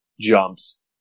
jumps